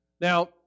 now